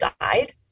died